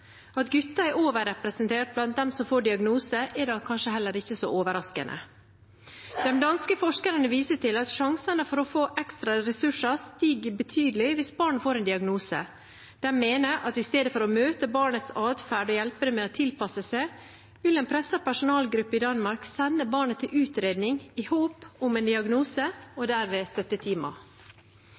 At gutter er overrepresentert blant dem som får diagnose, er da kanskje heller ikke så overraskende. De danske forskerne viser til at sjansene for å få ekstra ressurser stiger betydelig hvis barnet får en diagnose. De mener at i stedet for å møte barnets adferd og hjelpe det med å tilpasse seg, vil en presset personalgruppe i Danmark sende barnet til utredning i håp om en diagnose og derved